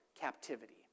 captivity